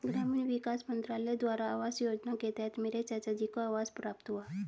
ग्रामीण विकास मंत्रालय द्वारा आवास योजना के तहत मेरे चाचाजी को आवास प्राप्त हुआ